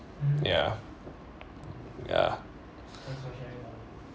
ya ya